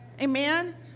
Amen